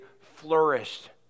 flourished